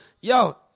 yo